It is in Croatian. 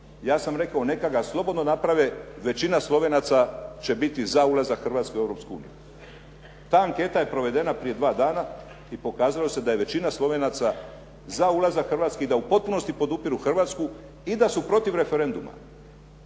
ja sam rekao neka ga slobodno naprave, većina Slovenaca će biti za ulazak Hrvatske u Europsku uniju. Ta anketa je provedena prije dva dana i pokazalo je da je većina Slovenaca za ulazak Hrvatske i da u potpunosti podupiru Hrvatsku i da su protiv referenduma.